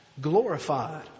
glorified